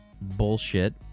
bullshit